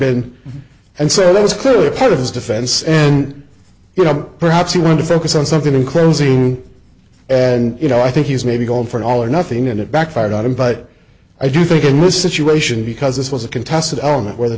been and so that was clearly part of his defense and you know perhaps he wanted to focus on something in closing and you know i think he's maybe gone for all or nothing and it backfired on him but i do think in this situation because this was a contested element where the